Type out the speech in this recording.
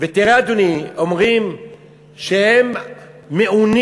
ותראה, אדוני, אומרים שהם מעונים,